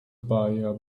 buyer